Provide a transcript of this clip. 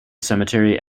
cemetery